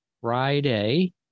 Friday